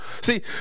See